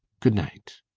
good-night.